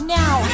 now